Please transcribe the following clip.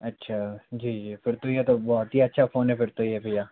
अच्छा जी जी फिर तो ये तो बहुत ही अच्छा फ़ोन है फिर तो ये भैया